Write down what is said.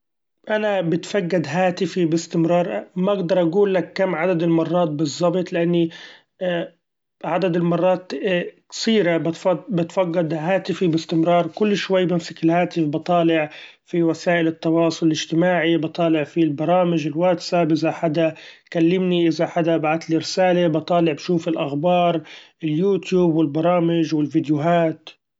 أنا بتفقد هاتفي بإستمرار! ما اقدر اقولك كم عدد المرات بالظبط لإني ‹hesitate › عدد المرات ‹hesitate › كثيرة بتفقد-بتفقد هاتفي بإستمرار، كل شوي بمسك الهاتف بطالع في وسائل التواصل الاجتماعي، بطالع في البرامچ الواتساب إذا حدا كلمني إذا حدا بعتلي رسالة بطالع بشوف الاخبار اليوتيوب والبرامچ والفيديوهات.